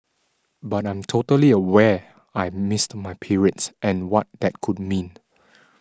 but I'm totally aware I missed my periods and what that could mean